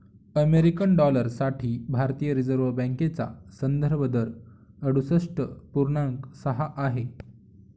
American dollar साठी भारतीय reserve बँकेचा संदर्भ दर अडुसष्ठ पूर्णांक सहा आहे